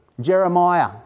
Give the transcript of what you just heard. Jeremiah